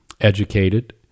educated